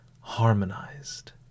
harmonized